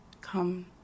come